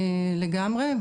לגמרי,